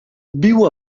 viu